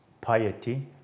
piety